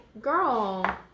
girl